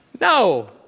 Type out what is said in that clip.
no